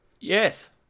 Yes